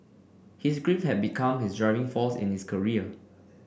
his grief had become his driving force in his career